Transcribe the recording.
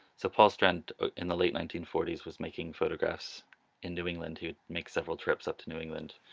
so paul strand in the late nineteen forty s was making photographs in new england, he would make several trips up to new england.